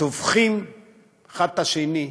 טובחים אחד בשני.